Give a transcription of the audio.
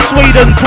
Sweden